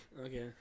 Okay